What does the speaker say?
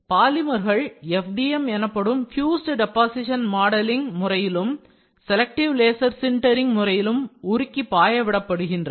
பாலிமர்கள் FDM எனப்படும் fused deposition modelling முறையிலும் selective laser sintering முறையிலும் உருக்கி பாய விடப்படுகின்றன